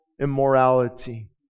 immorality